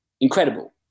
incredible